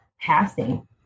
passing